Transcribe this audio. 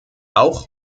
auch